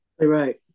Right